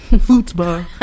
football